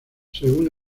según